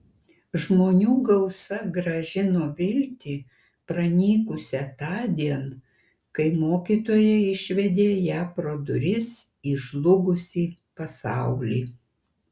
žmonių gausa grąžino viltį pranykusią tądien kai mokytoja išvedė ją pro duris į žlugusį pasaulį